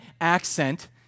accent